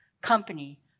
company